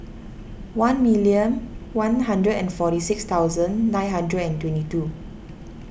one million one hundred and forty six thousand nine hundred and twenty two